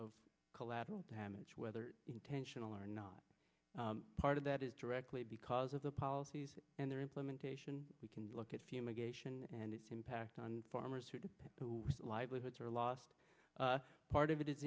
of collateral damage whether intentional or not part of that is directly because of the policies and their implementation we can look at fumigation and its impact on farmers who do who livelihoods are lost part of it is